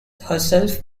herself